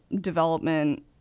development